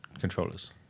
controllers